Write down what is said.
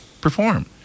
perform